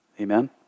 Amen